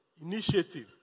initiative